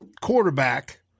quarterback